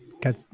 got